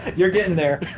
you're getting there